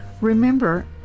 Remember